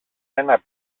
ένα